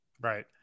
Right